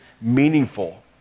meaningful